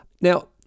Now